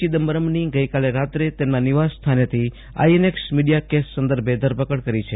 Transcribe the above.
ચિદમ્બરમની ગઇકાલે રાત્રે તેમના બિવાસ સ્થાનેથી આઇએનએકસ મિડીયા કેસ સંદર્ભે ઘરપકડ કરી છે